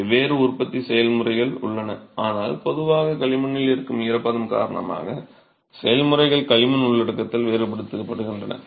வெவ்வேறு உற்பத்தி செயல்முறைகள் உள்ளன ஆனால் பொதுவாக களிமண்ணில் இருக்கும் ஈரப்பதம் காரணமாக செயல்முறைகள் களிமண் உள்ளடக்கத்தில் வேறுபடுகின்றன